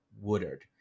Woodard